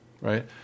right